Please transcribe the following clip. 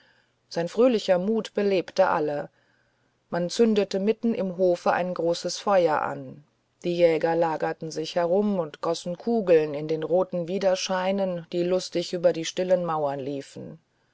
sein fröhlicher mut belebte alle man zündete mitten im hofe ein großes feuer an die jäger lagerten sich herum und gossen kugeln in den roten widerscheinen die lustig über die stillen mauern liefen